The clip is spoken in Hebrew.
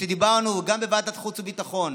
וכשדיברנו גם בוועדת החוץ והביטחון